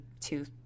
two